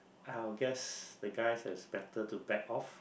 I will guess the guy better to back off